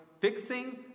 fixing